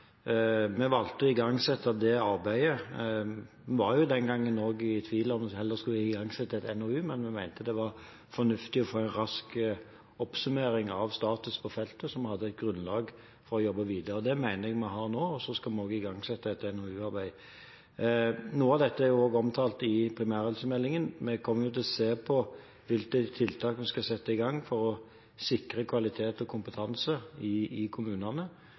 Vi valgte å igangsette det arbeidet – vi var jo den gangen også i tvil om en heller skulle igangsette en NOU, men vi mente det var fornuftig å få en rask oppsummering av status på feltet, så vi hadde et grunnlag å jobbe videre på. Det mener jeg vi har nå, og så skal vi også igangsette et NOU-arbeid. Noe av dette er også omtalt i primærhelsemeldingen. Vi kommer til å se på hvilke tiltak vi skal sette i gang for å sikre kvalitet og kompetanse i kommunene